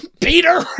Peter